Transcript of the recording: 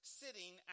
sitting